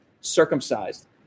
circumcised